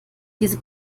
diese